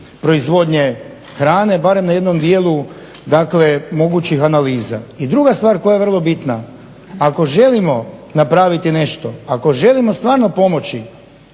proizvodnje hrane, barem na jednom dijelu mogućih analiza. I druga stvar koja je vrlo bitna. Ako želimo napraviti nešto, ako želimo stvarno pomoći